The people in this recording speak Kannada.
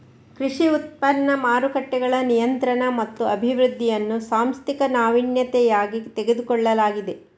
ಕೃಷಿ ಉತ್ಪನ್ನ ಮಾರುಕಟ್ಟೆಗಳ ನಿಯಂತ್ರಣ ಮತ್ತು ಅಭಿವೃದ್ಧಿಯನ್ನು ಸಾಂಸ್ಥಿಕ ನಾವೀನ್ಯತೆಯಾಗಿ ತೆಗೆದುಕೊಳ್ಳಲಾಗಿದೆ